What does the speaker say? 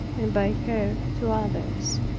and by her to others.